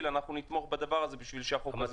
אנחנו נתמוך בדבר הזה כדי שהחוק הזה יפעל.